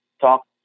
talk